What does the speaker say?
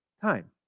time